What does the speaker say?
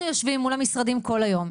אנחנו יושבים מול המשרדים כל היום,